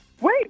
Wait